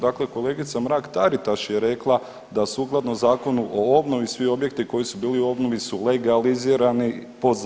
Dakle, kolegica Mrak Taritaš je rekla da sukladno Zakonu u obnovi svi objekti koji su bili u obnovi su legalizirani po zakonu.